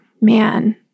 man